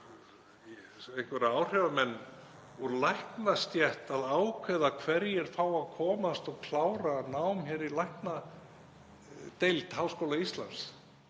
einhverja áhrifamenn úr læknastétt að ákveða hverjir fái að komast að og klára nám hér við læknadeild Háskóla Íslands?